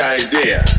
idea